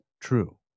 true